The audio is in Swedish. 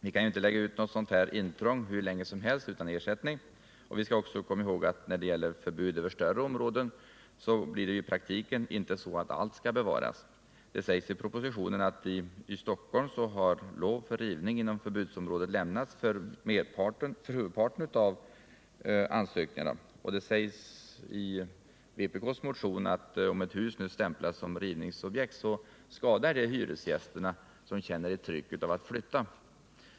Vi kan ju inte lägga på någon ett sådant här intrång hur länge som helst utan ersättning. Vi skall också komma ihåg att när det gäller förbud över större områden blir det i praktiken inte så att allt skall bevaras. Det sägs i propositionen att i Stockholm har lov för rivning inom förbudsområdet lämnats för huvudparten av ansökningarna. Det sägs också i vpk:s motion att om ett hus stämplas som rivningsobjekt, skadar det hyresgästerna som känner ett tryck att flytta.